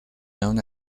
known